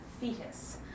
fetus